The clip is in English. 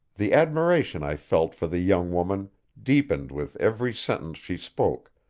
the admiration i felt for the young woman deepened with every sentence she spoke,